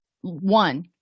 one